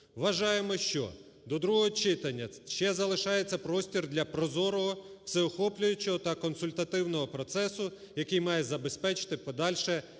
Вважаємо, що до другого читання ще залишається простір для прозорого, всеохоплюючого та консультативного процесу, який має забезпечити подальше